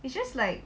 it's just like